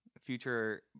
Future